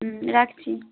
হুম রাখছি